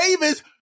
Davis